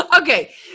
okay